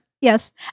yes